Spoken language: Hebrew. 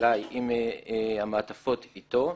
אלי עם המעטפות איתו.